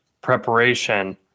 preparation